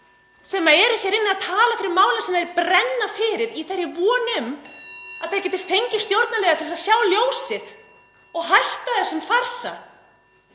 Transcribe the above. sem eru hér inni að tala fyrir máli sem þeir brenna fyrir í þeirri von (Forseti hringir.) að þeir geti fengið stjórnarliða til að sjá ljósið og hætta þessum farsa.